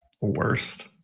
Worst